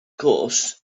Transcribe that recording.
gwrs